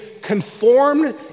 conformed